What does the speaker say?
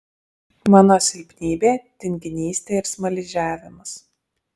mano silpnybė tinginystė ir smaližiavimas